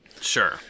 Sure